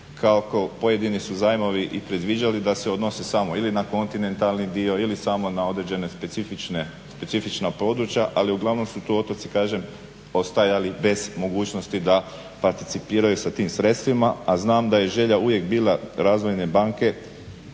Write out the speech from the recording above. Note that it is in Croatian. kako pojedini su zajmovi i predviđali da se odnosi samo ili na kontinentalni dio ili samo na određena specifična područja, ali uglavnom su tu otoci kažem ostajali bez mogućnosti da participiraju sa tim sredstvima, a znam da je želja uvijek bila razvojne banke